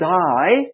die